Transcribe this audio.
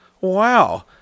wow